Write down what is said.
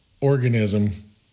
organism